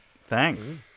thanks